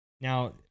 Now